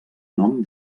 nom